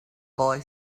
boy